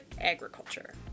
agriculture